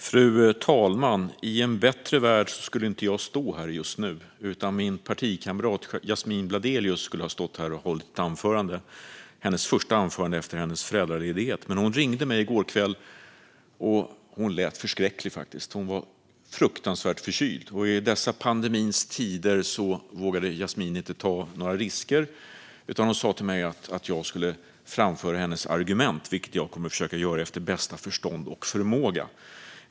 Fru talman! I en bättre värld skulle jag inte stå här just nu. Egentligen skulle min partikamrat Yasmine Bladelius stå här och hålla sitt första anförande efter sin föräldraledighet. Men hon ringde mig i går kväll, och hon lät faktiskt förskräcklig. Hon var fruktansvärt förkyld, och i dessa pandemins tider vågade Yasmine inte ta några risker utan bad mig framföra hennes argument. Det kommer jag att försöka göra efter bästa förstånd och förmåga.